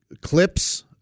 clips